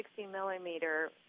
60-millimeter